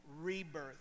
rebirth